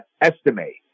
Estimate